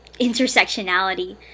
intersectionality